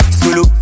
solo